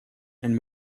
and